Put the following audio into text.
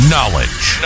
Knowledge